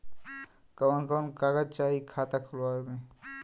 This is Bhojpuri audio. कवन कवन कागज चाही खाता खोलवावे मै?